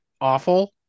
awful